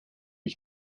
ich